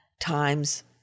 times